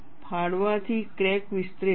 ફાડવાથી crack વિસ્તરે છે